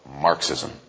Marxism